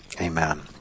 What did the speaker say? Amen